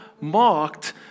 marked